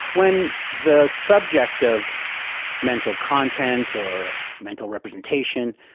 when the subject of mental content or mental representation,